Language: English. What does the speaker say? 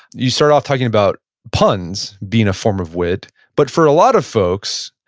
you start off talking about puns being a form of wit. but for a lot of folks,